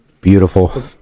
beautiful